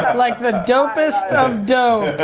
but like, the dopest of dope.